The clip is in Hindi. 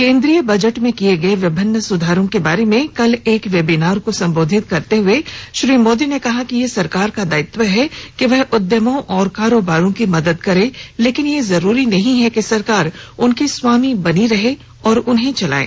केन्द्रीय बजट में किये गये विभिन्न सुधारों के बारे में कल एक वेबिनार को संबोधित करते हुए श्री मोदी ने कहा कि यह सरकार का दायित्व है कि वह उद्यमों और कारोबारों की मदद करे लेकिन यह जरूरी नहीं है कि सरकार उनकी स्वामी बनी रहे और उन्हें चलाये